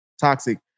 toxic